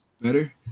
better